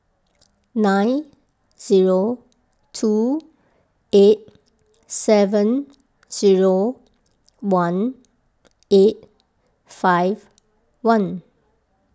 nine zero two eight seven zero one eight five one